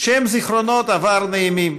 שהם זיכרונות עבר נעימים,